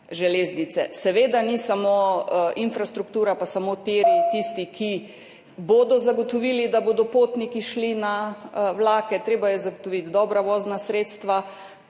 železnice. Seveda niso samo infrastruktura pa samo tiri tisti, ki bodo zagotovili, da bodo potniki šli na vlake, treba je zagotoviti dobra vozna sredstva.